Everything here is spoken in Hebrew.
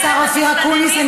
את הולכת לגרש פה אנשים מהמדינה,